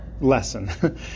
Lesson